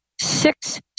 six